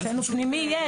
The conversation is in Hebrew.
אצלנו פנימי יש.